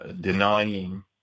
denying